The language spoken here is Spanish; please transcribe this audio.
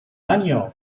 año